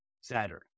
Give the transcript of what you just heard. Saturn